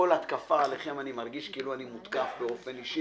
כל התקפה עליכם אני מרגיש כאילו אני מותקף באופן אישי,